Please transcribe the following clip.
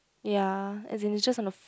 ya as in it's just on the f~